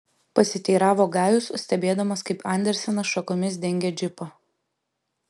pasiteiravo gajus stebėdamas kaip andersenas šakomis dengia džipą